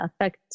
affect